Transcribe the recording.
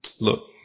Look